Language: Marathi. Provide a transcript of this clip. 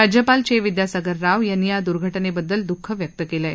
राज्यपाल चे विद्यासागर राव यांनी या द्र्घटनेबद्दल द्ःख व्यक्त केलं आहे